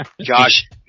Josh